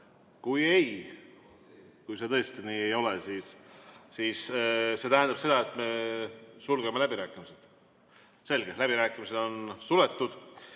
Kui ei, kui see tõesti nii on, siis see tähendab seda, et me sulgeme läbirääkimised. Selge, läbirääkimised on suletud.